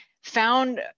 found